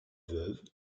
veuve